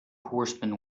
horsemen